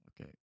Okay